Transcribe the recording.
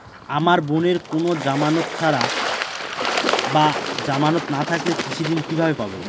আমার বোনের কোন জামানত ছাড়া বা জামানত না থাকলে কৃষি ঋণ কিভাবে পাবে?